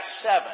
seven